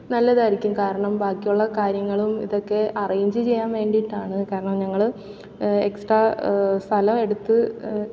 നല്ലതായിരിക്കും കാരണം ബാക്കിയുള്ള കാര്യങ്ങളും ഇതൊക്കെ അറേഞ്ച് ചെയ്യാൻ വേണ്ടിയിട്ടാണ് കാരണം ഞങ്ങൾ എക്സ്ട്രാ സ്ഥലമെടുത്ത്